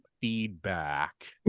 feedback